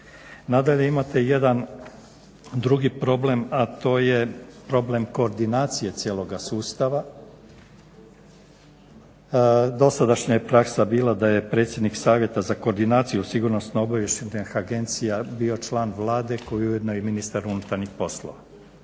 Nadalje imate jedan drugi problem, a to je problem koordinacije cijeloga sustava. Dosadašnja je praksa bila da je predsjednik Savjeta za koordinaciju sigurnosno-obavještajnih agencija bio član Vlade koji je ujedno i ministar unutarnjih poslova.